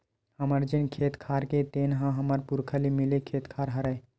हमर जेन खेत खार हे तेन ह हमर पुरखा ले मिले खेत खार हरय